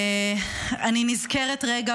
אני נזכרת רגע